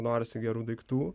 norisi gerų daiktų